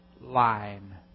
line